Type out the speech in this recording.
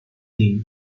him